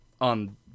on